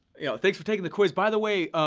yeah thanks for taking the quiz, by the way,